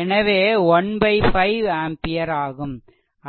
எனவே 1 5 ஆம்பியர் ஆகும்